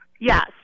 Yes